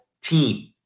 team